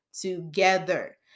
together